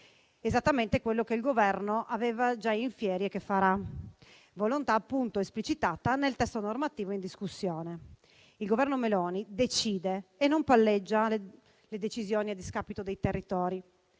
Esattamente quello che il Governo aveva già *in fieri* e che farà; volontà appunto esplicitata nel testo normativo in discussione. Il Governo Meloni decide e non palleggia le decisioni a discapito dei territori.